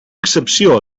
excepció